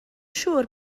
siŵr